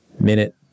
Minute